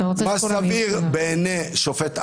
מה שסביר בעיני שופט א',